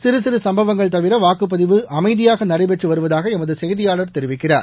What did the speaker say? சிறு சிறு சம்பவங்கள் தவிர வாக்குப்பதிவு அமைதியாக நடைபெற்று வருவதாக எமது செய்தியாளர் தெரிவிக்கிறார்